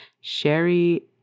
Sherry